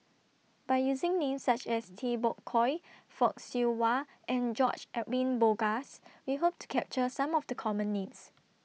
By using Names such as Tay Bak Koi Fock Siew Wah and George Edwin Bogaars We Hope to capture Some of The Common Names